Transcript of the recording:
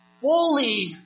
fully